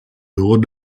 door